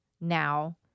now